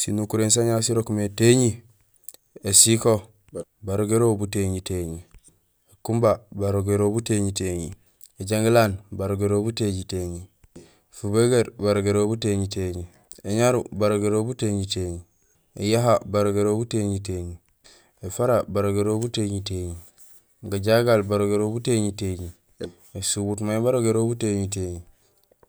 Sinukuréén sanja sirok mé téñi: ésiko barogérol butéñitéñi, ékumba, barogérol butéñitéñi, éjangilaan barogérol butéñitéñi, fubegeer barogérol butéñitéñi, éñaru barogérol butéñitéñi, éyaha barogérol butéñitéñi, éfara, barogérol butéñitéñi, gajagal barogérol butéñitéñi, ésubut may barogérol butéñitéñi,